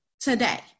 today